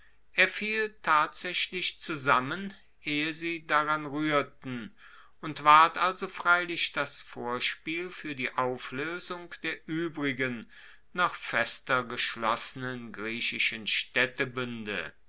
er fiel tatsaechlich zusammen ehe sie daran ruehrten und ward also freilich das vorspiel fuer die aufloesung der uebrigen noch fester geschlossenen griechischen